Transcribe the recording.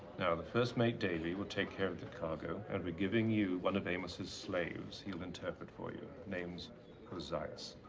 now, the first mate, davey, will take care of the cargo. i'll and be giving you one of amos' slaves he'll interpret for you. name's ozias.